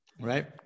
Right